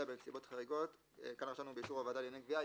אלא בנסיבות חריגות ובאישור הועדה לענייני גביה של העירייה.